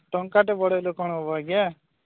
ଟଙ୍କାଟେ ବଢ଼େଇଲେ କ'ଣ ହେବ ଆଜ୍ଞା